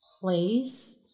place